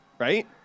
right